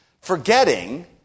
forgetting